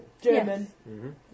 German